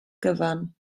gyfan